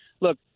look